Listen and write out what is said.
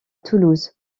toulouse